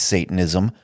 Satanism